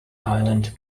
island